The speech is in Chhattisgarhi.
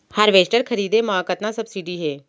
हारवेस्टर खरीदे म कतना सब्सिडी हे?